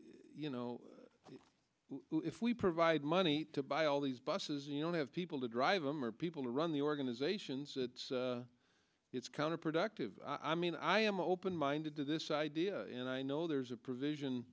you know if we provide money to buy all these buses you don't have people to drive them or people to run the organizations it's counterproductive i mean i am open minded to this idea and i know there's a provision